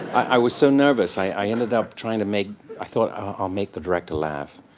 i was so nervous. i ended up trying to make i thought, i'll make the director laugh.